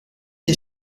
des